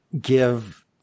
give